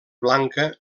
blanca